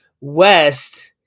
West –